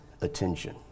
attention